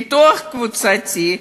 ביטוח קבוצתי,